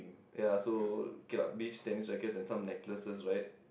ya so okay lah beach tennis rackets and some necklaces right